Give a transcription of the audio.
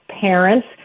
parents